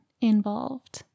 involved